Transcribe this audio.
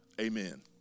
Amen